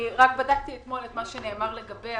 בדקתי אתמול את מה שנאמר לגבי